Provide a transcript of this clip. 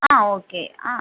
ആ ഓക്കെ ആ